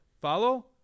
Follow